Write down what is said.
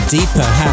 Deeper